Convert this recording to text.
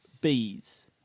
bees